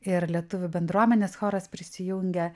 ir lietuvių bendruomenės choras prisijungė